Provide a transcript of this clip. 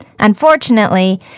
Unfortunately